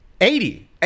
eighty